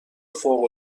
فوق